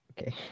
Okay